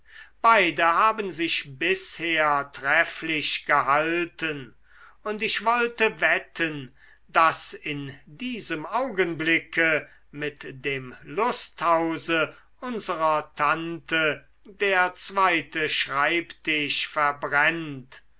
beide haben sich bisher trefflich gehalten und ich wollte wetten daß in diesem augenblicke mit dem lusthause unsrer tante der zweite schreibtisch verbrennt